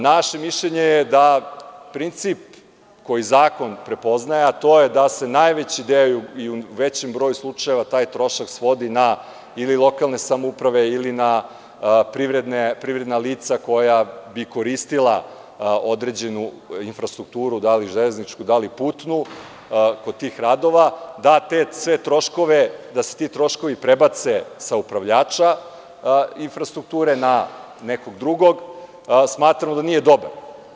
Naše mišljenje je da princip koji zakon prepoznaje, a to je da se najveći deo i u većem broju slučajeva taj trošak svodi ili na lokalne samouprave ili na privredna lica koja bi koristila određenu infrastrukturu, da li železničku, da li putnu, kod tih radova da te sve troškove, da se ti troškovi prebace sa upravljača infrastrukture na nekog drugog smatramo da nije dobro.